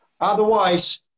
Otherwise